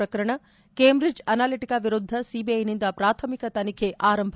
ಪ್ರಕರಣ Cambridge Analytica ವಿರುದ್ದ ಸಿಬಿಐನಿಂದ ಪ್ರಾಥಮಿಕ ತನಿಖೆ ಆರಂಭ